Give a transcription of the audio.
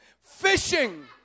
Fishing